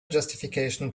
justification